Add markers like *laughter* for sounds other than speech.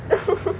*laughs*